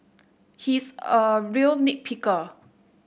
he is a real nit picker